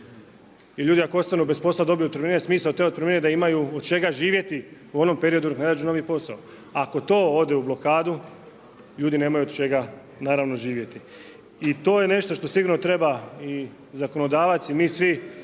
Ili ljudi ako ostanu bez posla, dobiju otpremnine, smisao te otpremnine je da imaju od čega živjeti u onom periodu dok ne nađu novi posao. A ako to ode u blokadu, ljudi nemaju od čega naravno živjeti. I to je nešto što sigurno treba i zakonodavac i mi svi